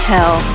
Hell